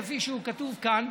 כפי שהוא כתוב פה,